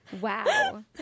Wow